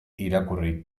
irakurri